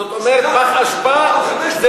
זאת אומרת, פח אשפה זה